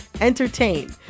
entertain